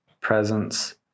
presence